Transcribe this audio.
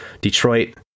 Detroit